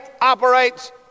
operates